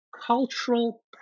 cultural